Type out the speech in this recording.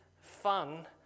fun